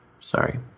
Sorry